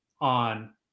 on